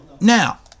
Now